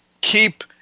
Keep